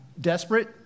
desperate